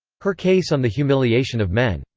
her case on the humiliation of men,